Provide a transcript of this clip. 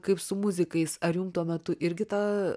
kaip su muzikais ar jum tuo metu irgi ta